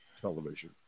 television